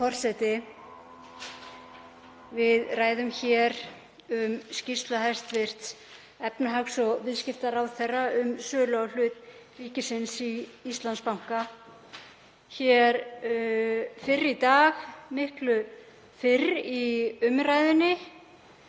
Við ræðum hér um skýrslu hæstv. efnahags- og viðskiptaráðherra um sölu á hlut ríkisins í Íslandsbanka. Hér fyrr í dag, miklu fyrr í umræðunni,